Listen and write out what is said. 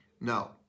No